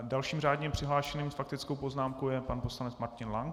Dalším řádně přihlášeným s faktickou poznámkou je pan poslanec Martin Lank.